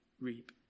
reap